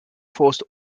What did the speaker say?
forced